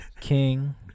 king